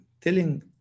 telling